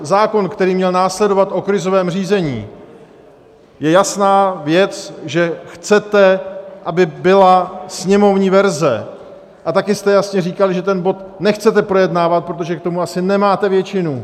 Zákon, který měl následovat, o krizovém řízení, je jasná věc, že chcete, aby byla sněmovní verze, a taky jste jasně říkali, že ten bod nechcete projednávat, protože k tomu asi nemáte většinu.